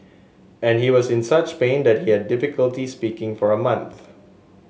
and he was in such pain that he had difficulty speaking for a month